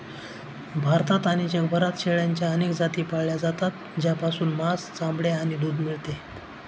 भारतात आणि जगभरात शेळ्यांच्या अनेक जाती पाळल्या जातात, ज्यापासून मांस, चामडे आणि दूध मिळते